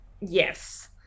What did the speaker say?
Yes